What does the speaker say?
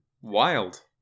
wild